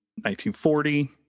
1940